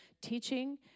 teaching